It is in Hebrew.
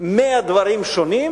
מאה דברים שונים,